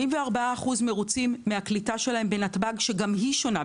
84% מרוצים מהקליטה שלהם בנתב"ג, שגם היא שונה.